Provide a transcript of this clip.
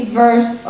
verse